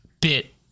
bit